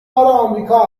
آمریکا